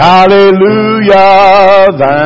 Hallelujah